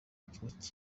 yakinnye